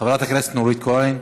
חברת הכנסת נורית קורן,